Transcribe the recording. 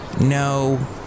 No